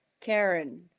Karen